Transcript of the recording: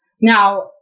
Now